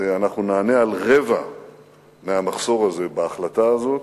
ואנחנו נענה על רבע מהמחסור הזה בהחלטה הזאת.